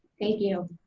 thank you.